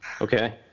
Okay